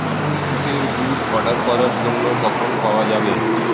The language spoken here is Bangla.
আমূল উটের দুধ অর্ডার করার জন্য কখন পাওয়া যাবে